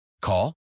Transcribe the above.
Call